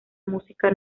música